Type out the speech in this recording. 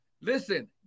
Listen